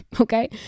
okay